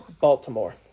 Baltimore